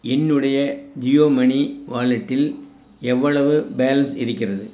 என்னுடைய ஜியோ மனி வாலெட்டில் எவ்வளவு பேலன்ஸ் இருக்கிறது